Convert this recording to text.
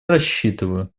рассчитываю